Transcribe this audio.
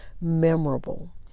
memorable